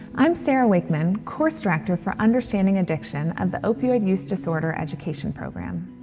i'm sarah wakeman, course director for understanding addiction of the opioid use disorder education program.